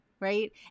right